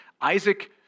isaac